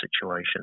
situation